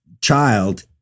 child